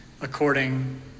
according